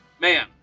Man